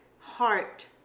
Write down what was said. heart